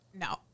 No